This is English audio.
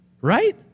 right